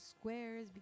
squares